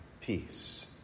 peace